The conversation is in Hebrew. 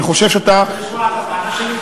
אני חושב שאתה, אתה רוצה לשמוע את הטענה שלי?